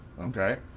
okay